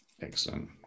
Excellent